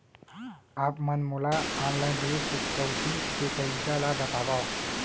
आप मन मोला ऑनलाइन ऋण चुकौती के तरीका ल बतावव?